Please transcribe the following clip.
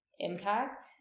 impact